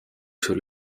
sul